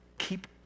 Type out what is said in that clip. Keep